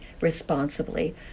responsibly